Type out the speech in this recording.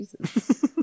Jesus